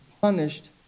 punished